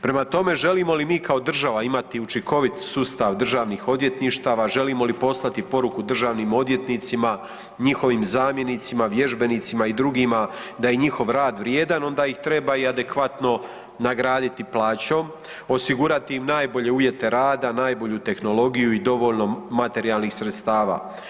Prema tome, želimo li mi kao država imati učinkovit sustav državnih odvjetništava, želimo li poslati poruku državnim odvjetnicima, njihovim zamjenicima, vježbenicima i drugima, da je njihov rad vrijedan, onda ih treba i adekvatno nagraditi plaćom, osigurati im najbolje uvjete rada, najbolju tehnologiju i dovoljno materijalnih sredstava.